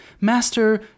Master